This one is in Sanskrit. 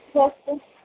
अस्तु